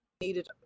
needed